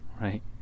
right